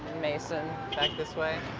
mason? back this way?